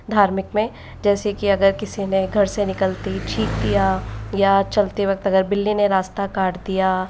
धार्मिक में जैसे की अगर किसी ने घर से निकलते ही छींक दिया या चलते वक़्त अगर अगर बिल्ली ने रास्ता काट दिया